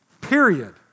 Period